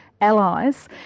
allies